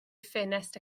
ffenest